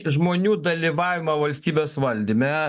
žmonių dalyvavimą valstybės valdyme